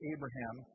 Abraham